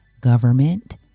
government